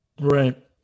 Right